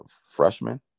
freshman